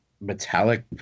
metallic